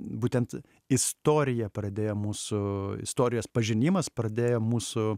būtent istorija pradėjo mūsų istorijos pažinimas pradėjo mūsų